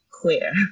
Queer